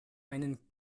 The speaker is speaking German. einen